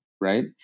right